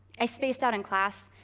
i spaced out in class.